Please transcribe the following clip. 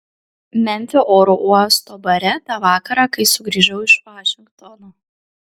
memfio oro uosto bare tą vakarą kai sugrįžau iš vašingtono